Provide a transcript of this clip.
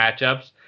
matchups